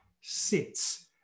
sits